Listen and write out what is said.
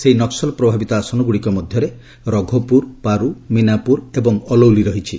ସେହି ନକୁଲ ପ୍ରଭାବିତ ଆସନଗୁଡ଼ିକ ମଧ୍ୟରେ ରଘୋପୁର ପାରୁ ମୀନାପୁର ଏବଂ ଅଲୌଲୀ ରହିଛି